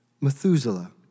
Methuselah